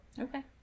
Okay